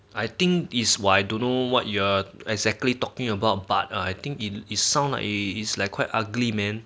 I think is !wah! don't know what you're exactly talking about but I think is sound like is like quite ugly man